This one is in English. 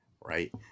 right